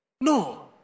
No